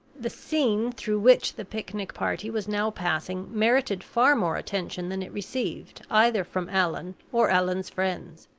the scene through which the picnic party was now passing merited far more attention than it received either from allan or allan's friends.